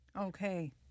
Okay